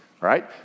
right